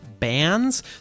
bands